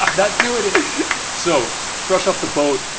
not doing it so fresh off the boat,